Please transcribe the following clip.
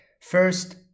First